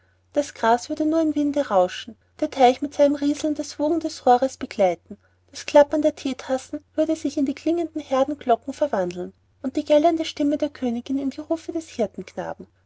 das gras würde dann nur im winde rauschen der teich mit seinem rieseln das wogen des rohres begleiten das klappern der theetassen würde sich in klingende heerdenglocken verwandeln und die gellende stimme der königin in die rufe des